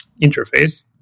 interface